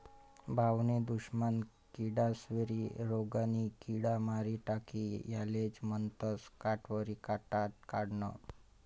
भाऊनी दुश्मन किडास्वरी रोगनी किड मारी टाकी यालेज म्हनतंस काटावरी काटा काढनं